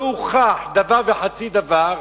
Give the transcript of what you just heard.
לא הוכח דבר וחצי דבר,